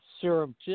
serum